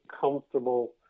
comfortable